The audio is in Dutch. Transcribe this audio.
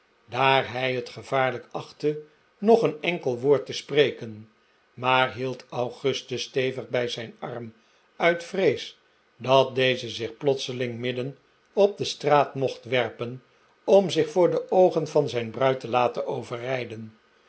daar hij het gevaarlijk achtte nog een enkel woord te spreken maar hield augustus stevig bij zijn arm uit vrees dat deze zich plotseling midden op de straat mocht werpen om zich voor de oogen van zijn bruid te laten overrijden